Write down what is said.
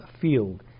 field